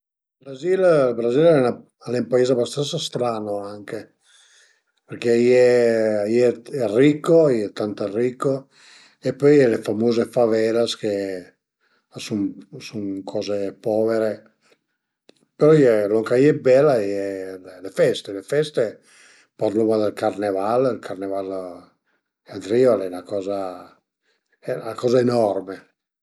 Sicürament al e la spremuta, spremuta o d'arancia o dë cualuncue autra früta, comuncue spremute a sun le mie preferite, si, pöi di autri, di autre bevande chi preferisu anche a ie ël te, a ie ël café, ël vin natüralment, ël vin al e anche 'na coza parei